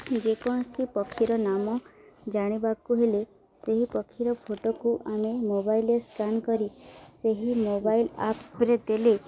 ଯେକୌଣସି ପକ୍ଷୀର ନାମ ଜାଣିବାକୁ ହେଲେ ସେହି ପକ୍ଷୀର ଫଟୋକୁ ଆମେ ମୋବାଇଲରେ ସ୍କାନ୍ କରି ସେହି ମୋବାଇଲ୍ ଆପ୍ରେ ଦେଲେ